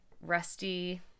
rusty